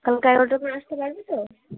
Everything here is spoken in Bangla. কালকে অগারোটার পর আসতে পারবে তো